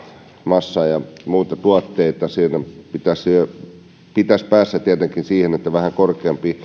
massaa ja muita tuotteita siinä pitäisi päästä tietenkin siihen että vähän korkeamman